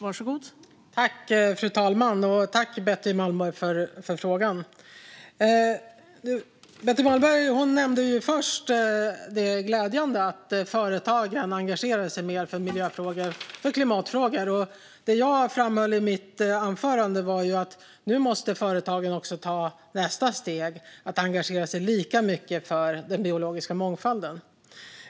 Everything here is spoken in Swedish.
Fru talman! Tack för frågan, Betty Malmberg! Betty Malmberg nämnde först det glädjande i att företagen engagerar sig mer i miljöfrågor och klimatfrågor. Det jag framhöll i mitt anförande var att företagen nu måste ta nästa steg och engagera sig lika mycket i den biologiska mångfalden.